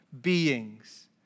beings